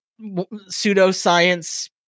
pseudoscience